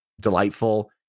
delightful